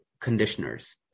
conditioners